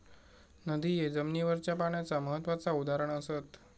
नदिये जमिनीवरच्या पाण्याचा महत्त्वाचा उदाहरण असत